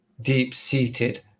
deep-seated